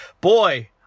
Boy